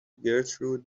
gertrude